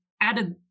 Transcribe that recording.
added